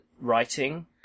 writing